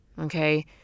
okay